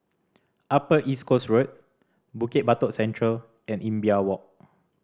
Upper East Coast Road Bukit Batok Central and Imbiah Walk